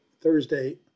Thursday